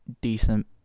decent